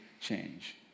change